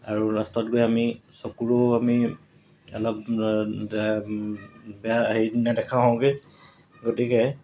আৰু লাষ্টত গৈ আমি চকুৰেও আমি অলপ বেয়া হেৰি নেদেখা হওঁগৈ গতিকে